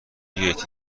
گیتی